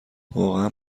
واقعا